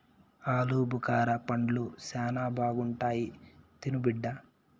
ఆలుబుకారా పండ్లు శానా బాగుంటాయి తిను బిడ్డ